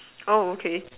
oh okay